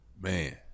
Man